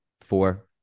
four